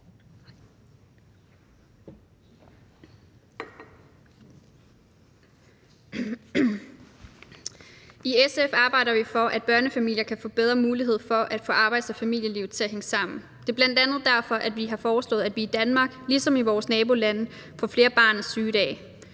I SF arbejder vi for, at børnefamilier kan få bedre mulighed for at få arbejds- og familielivet til at hænge sammen. Det er bl.a. derfor, at vi har foreslået, at vi i Danmark ligesom i vores nabolande får flere barn syg-dage.